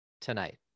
tonight